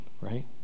right